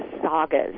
sagas